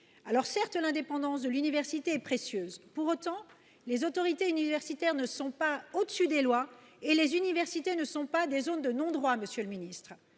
Alors, certes, l'indépendance de l'université est précieuse. Pour autant, les autorités universitaires ne sont pas au-dessus des lois et les universités ne sont pas des zones de non-droit, monsieur le ministre.